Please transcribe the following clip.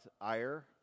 ire